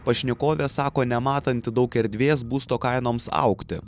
pašnekovė sako nematanti daug erdvės būsto kainoms augti